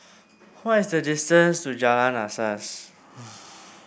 what is the distance to Jalan Asas